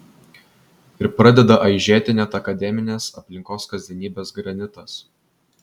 ir pradeda aižėti net akademinės aplinkos kasdienybės granitas